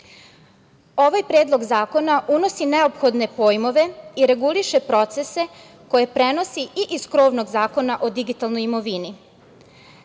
Predlog zakona unosi neophodne pojmove i reguliše procese koje prenosi i iz krovnog Zakona o digitalnoj imovini.